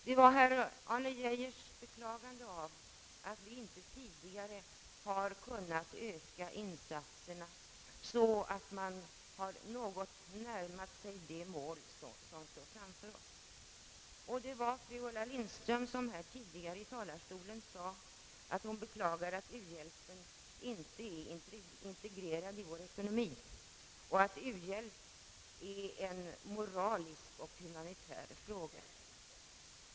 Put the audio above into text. Det var herr Arne Geijers beklagande av att vi inte tidigare kunnat öka insatserna, så att vi har något närmat oss det mål som står framför oss. Och det var fru Ulla Lindström, som här tidigare i talarstolen sade att hon beklagade att u-bjälpen inte är integrerad i vår ekonomi och framhöll att u-hjälpen är en moralisk och humanitär fråga.